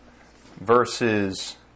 verses